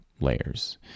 layers